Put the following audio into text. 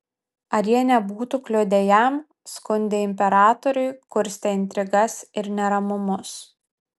ar jie nebūtų kliudę jam skundę imperatoriui kurstę intrigas ir neramumus